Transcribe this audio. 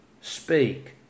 speak